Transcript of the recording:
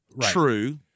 True